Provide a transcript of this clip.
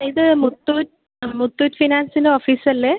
ഇത് മുത്തൂറ്റ് മുത്തൂറ്റ് ഫിനാൻസിന്റെ ഓഫീസ് അല്ലേ